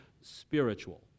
spiritual